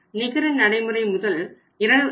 நிகர நடைமுறை முதல் 22